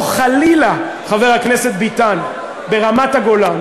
או חלילה, חבר הכנסת ביטן, ברמת-הגולן.